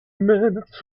minutes